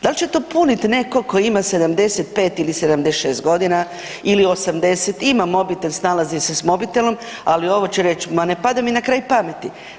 Dal će to punit netko tko ima 75 ili 76 godina ili 80, ima mobitel snalazi se s mobitelom, ali ovo će reć ma ne pada mi na kraj pameti.